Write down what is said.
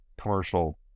commercial